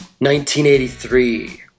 1983